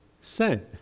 sent